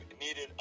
needed